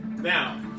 Now